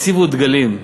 הציבו דגלים.